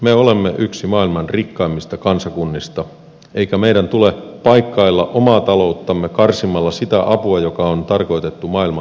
me olemme yksi maailman rikkaimmista kansakunnista eikä meidän tule paikkailla omaa talouttamme karsimalla sitä apua joka on tarkoitettu maailman köyhimmille